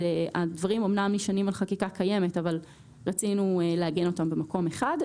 הדברים אמנם נשענים על חקיקה קיימת אבל רצינו לעגן אותם במקום אחד.